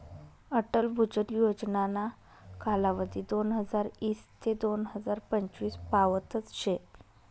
अटल भुजल योजनाना कालावधी दोनहजार ईस ते दोन हजार पंचवीस पावतच शे